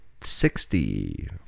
Sixty